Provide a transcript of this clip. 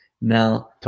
Now